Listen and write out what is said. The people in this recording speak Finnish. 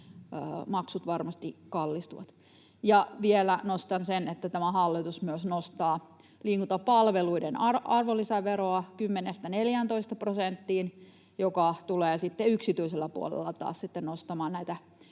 maksut varmasti kallistuvat. Vielä nostan sen, että tämä hallitus myös nostaa liikuntapalveluiden arvonlisäveroa 10:stä 14 prosenttiin, mikä tulee sitten yksityisellä puolella taas nostamaan näitä